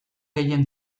gehien